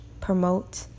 promote